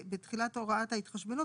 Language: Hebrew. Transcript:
בתחילת הוראת ההתחשבנות,